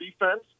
defense